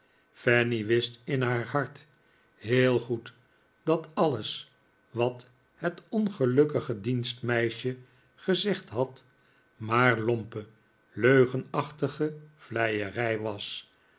fanny wist in haar hart heel goed dat alles wat het ongelukkige dienstmeisje gezegd had maar lompe leugenachtige vleierij was